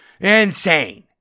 Insane